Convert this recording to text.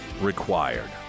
required